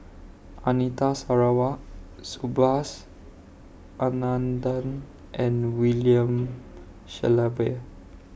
Anita Sarawak Subhas Anandan and William Shellabear